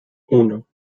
uno